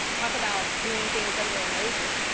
talk about doing things under our noses.